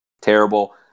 terrible